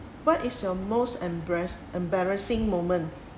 what is your most embarrassed embarrassing moment